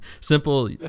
simple